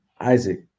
Isaac